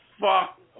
fuck